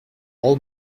all